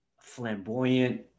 flamboyant